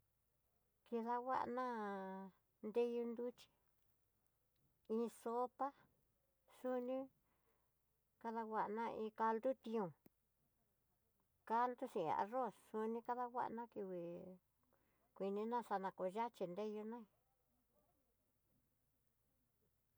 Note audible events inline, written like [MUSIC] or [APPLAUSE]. Nidakuana nreyu nruxhii iin sopa, xoni kadanguan iin caldo tión kando xhin arroz xoni kadanguan kevee, [HESITATION] kuininá kú yaxhi nreyuná.